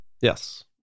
Yes